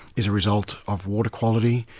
is a result of water quality.